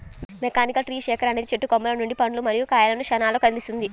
mechanical tree shaker అనేది చెట్టు కొమ్మల నుండి పండ్లు మరియు కాయలను క్షణాల్లో కదిలిస్తుంది